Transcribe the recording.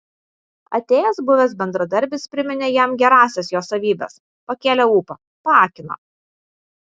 atėjęs buvęs bendradarbis priminė jam gerąsias jo savybes pakėlė ūpą paakino